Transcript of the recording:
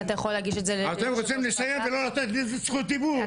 אתם רוצים לסיים ולא לתת לי זכות דיבור,